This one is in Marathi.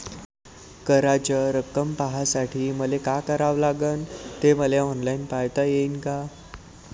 कराच रक्कम पाहासाठी मले का करावं लागन, ते मले ऑनलाईन पायता येईन का?